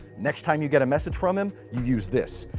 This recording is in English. next time you get a message from him, you use this.